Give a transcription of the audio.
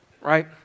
right